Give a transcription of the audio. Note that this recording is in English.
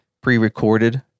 pre-recorded